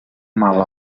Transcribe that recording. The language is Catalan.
mal